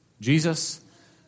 Jesus